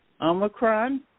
Omicron